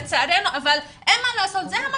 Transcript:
אני אומרת את זה לצערי אבל אין מה לעשות, זה המצב.